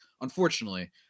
unfortunately